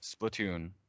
Splatoon